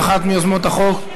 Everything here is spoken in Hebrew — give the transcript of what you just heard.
אחת מיוזמות החוק,